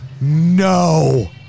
No